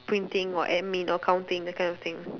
printing or admin or counting that kind of thing